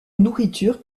nourriture